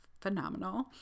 phenomenal